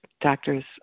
doctor's